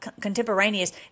contemporaneous